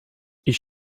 ich